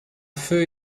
feu